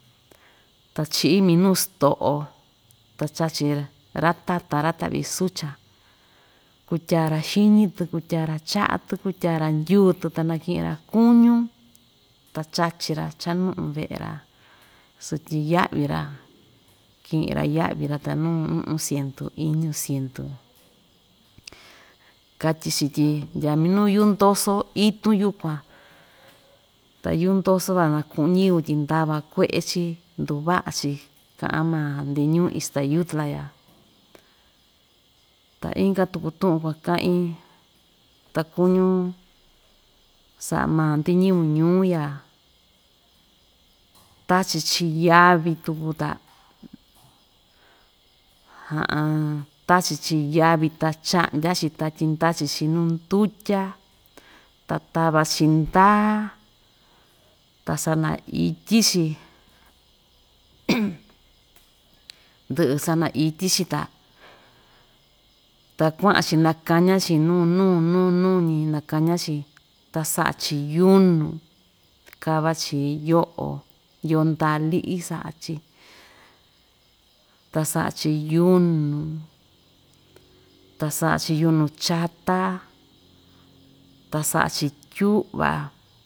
Ta chi'í minu sto'o ta chachi ra‑tatan ra‑ta'vi sucha kutya‑ra xiñi‑tɨ kutya‑ra cha'a‑tɨ kutya‑ra ndyu‑tɨ ta naki'in‑ra kuñú ta chachi‑ra chanu'un ve'e‑ra sotyi ya'vi‑ra ki'in‑ra ya'vi‑ra ta nu u'un siendu iñu siendu katyi‑chi tyi ndya minu yuu ndoso itun yukuan ta yundoso van na ku'un ñɨvɨ tyi ndava kue'e‑chi nduva'a‑chi ka'an maa‑ndi ñuu ixtayutla ya, ta inka tuku tu'un kuaka'in ta kuñu sa'a maa‑ndi ñɨvɨ ñuu ya tachi‑chi yavi tuku ta tachi‑chi yavi ta cha'ndya‑chi ta tyindachin‑chi nu ndutya ta tava‑chi ndaa ta sanaityi‑chi ndɨ'ɨ sanaityi‑chi ta ta kua'an‑chi nakaña‑chi nu nuu nu nuu‑ñi nakaña‑chi ta sa'a‑chi yunu kava‑chi yo'o yo'o nda'a li'i sa'a‑chi ta sa'a‑chi yunu ta sa'a‑chi yunu chatà ta sa'a‑chi tyu'va.